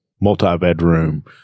multi-bedroom